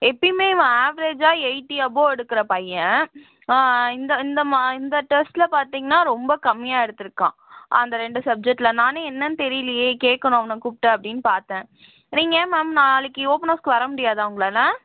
எப்போயுமே இவன் ஆவ்ரேஜாக எய்ட்டி அபோ எடுக்கிற பையன் இந்த இந்த மா இந்த டெஸ்ட்டில் பார்த்தீங்னா ரொம்ப கம்மியாக எடுத்துருக்கான் அந்த ரெண்டு சப்ஜெக்ட்டில் நானும் என்னென் தெரியிலையே கேட்கணும் அவனை கூப்பிட்டு அப்டினு பார்த்தேன் நீங்கள் மேம் நாளைக்கு ஓப்பன் அவுஸ்க்கு வர முடியாதா உங்களால்